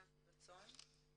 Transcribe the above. אבי בצון.